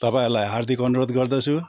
तपाईँहरूलाई हार्दिक अनुरोध गर्दछु